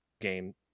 game